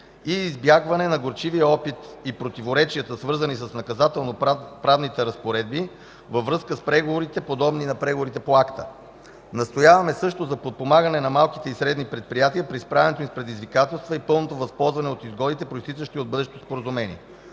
и избягване на горчивия опит и противоречията, свързани с наказателноправните разпоредби във връзка с преговорите, подобни на преговорите по АКТА. Настояваме също за подпомагане на малките и средни предприятия при справянето им с предизвикателства и пълното възползване от изгодите, произтичащи от бъдещото споразумение.